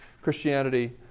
Christianity